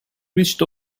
reached